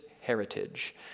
heritage